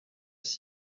six